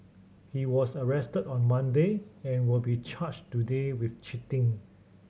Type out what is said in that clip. he was arrested on Monday and will be charged today with cheating